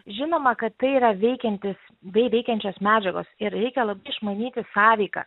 žinoma kad tai yra veikiantis bei veikiančios medžiagos ir reikia išmanyti sąveiką